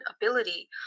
ability